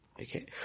Okay